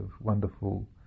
wonderful